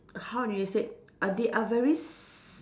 how do you say uh they are very s~